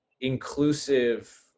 inclusive